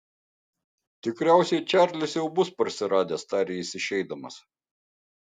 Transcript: tikriausiai čarlis jau bus parsiradęs tarė jis išeidamas